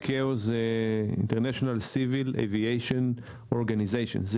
זהinternational civil aviation organization זה